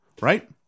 Right